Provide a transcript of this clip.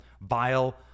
vile